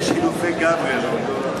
יש חילופי גברי.